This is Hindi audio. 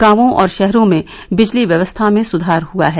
गांवों और ाहरों में बिजली व्यवस्था में सुधार हुआ है